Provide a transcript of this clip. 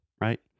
right